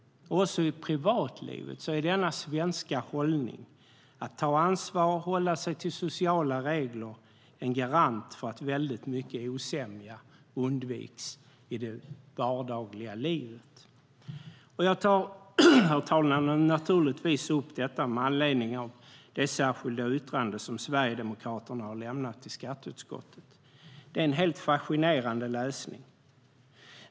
Också i privatlivet är denna svenska hållning att ta ansvar och hålla sig till sociala regler en garant för att väldigt mycket osämja undviks i det vardagliga livet. Herr talman! Jag tar naturligtvis upp detta med anledning av det särskilda yttrande som Sverigedemokraterna har lämnat i skatteutskottet. Det är en helt fascinerande läsning.